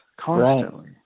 Constantly